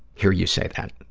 hear you say that,